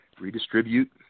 redistribute